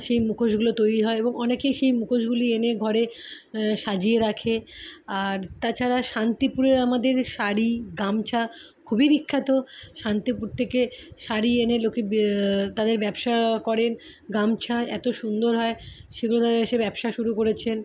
সেই মুখোশগুলো তৈরী হয় এবং অনেকেই সেই মুখোশগুলি এনে ঘরে সাজিয়ে রাখে আর তাছাড়া শান্তিপুরের আমাদের শাড়ি গামছা খুবই বিখ্যাত শান্তিপুর থেকে শাড়ি এনে লোকে ব্যা তাদের ব্যবসা করেন গামছা এতো সুন্দর হয় সেগুলো তারা এসে ব্যবসা শুরু করেছেন